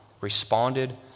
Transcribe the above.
responded